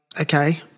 okay